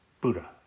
Buddha